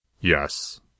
Yes